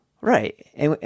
Right